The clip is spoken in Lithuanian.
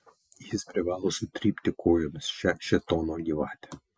jis privalo sutrypti kojomis šią šėtono gyvatę